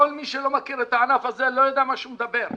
כל מי שלא מכיר את הענף הזה לא יודע מה שהוא מדבר.